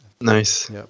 Nice